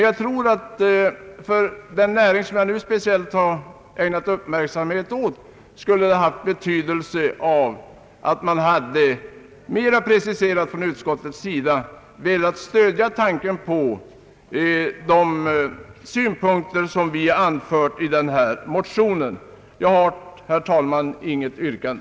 Jag tror att det för den näring som jag nu har ägnat speciell uppmärksamhet åt skulle ha varit av betydelse om utskottet mera preciserat velat stödja de synpunkter som vi har anfört i våra motioner. Herr talman! Jag har inte något yrkande.